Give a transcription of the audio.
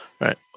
Right